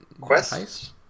Quest